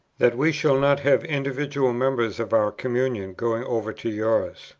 that we shall not have individual members of our communion going over to yours.